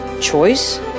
Choice